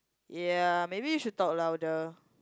ya maybe you should talk louder